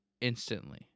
instantly